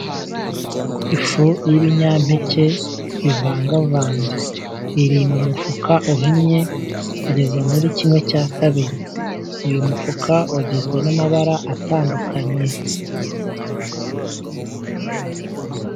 Ifu y'ibinyampeke bivangavanze, iri mu mufuka uhinnye kugeza muri kimwe cya kabiri. Uyu mufuka ugizwe n'amabara atandukanye.